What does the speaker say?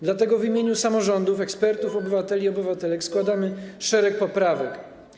Dlatego w imieniu samorządów, ekspertów, obywateli, obywatelek składamy szereg poprawek.